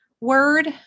Word